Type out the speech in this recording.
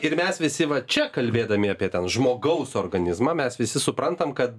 ir mes visi va čia kalbėdami apie ten žmogaus organizmą mes visi suprantam kad